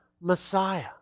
Messiah